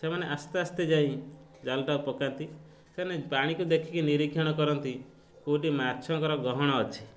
ସେମାନେ ଆସ୍ତେ ଆସ୍ତେ ଯାଇ ଜାଲଟାକୁ ପକାନ୍ତି ସେମାନେ ପାଣିକୁ ଦେଖିକି ନିରୀକ୍ଷଣ କରନ୍ତି କେଉଁଠି ମାଛଙ୍କର ଗହଣ ଅଛି